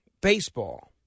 baseball